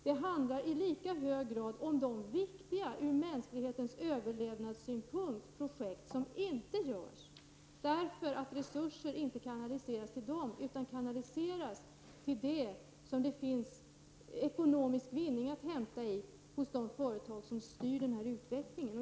Det handlar i lika hög grad om de ur mänsklighetens överlevnadssynpunkt viktiga projekt som inte genomförs, därför att resurser inte kanaliseras till dem utan dit där det finns ekonomisk vinning att hämta, hos de företag som styr denna utveckling.